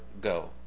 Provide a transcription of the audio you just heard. go